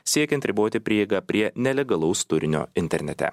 siekiant riboti prieigą prie nelegalaus turinio internete